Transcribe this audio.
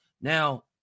Now